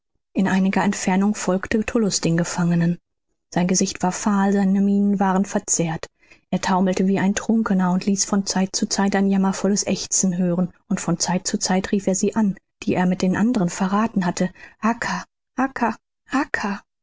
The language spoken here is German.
in einiger entfernung folgte tullus den gefangenen sein gesicht war fahl seine mienen waren verzerrt er taumelte wie ein trunkener und ließ von zeit zu zeit ein jammervolles aechzen hören und von zeit zu zeit rief er sie an die er mit den anderen verrathen hatte